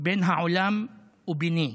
"בין העולם וביני".